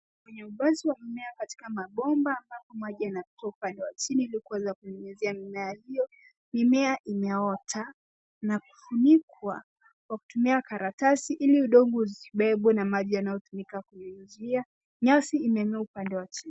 Kwenye upanzi wa mimea katika mabomba ambapo maji yanatoka upande wa chini ili kuweza kunyunyuzia mimea hiyo. Mimea imeota na kufunikwa kwa kutumia karatasi ili udongo usibebwe na maji yanayotumika kunyunyuzia . Nyasi imemea upande wa chini.